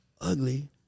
ugly